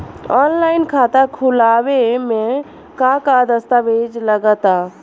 Online खाता खूलावे म का का दस्तावेज लगा ता?